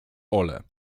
ole